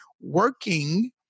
working